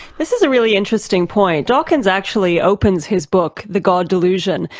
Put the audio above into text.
this is a really interesting point. dawkins actually opens his book, the god delusion,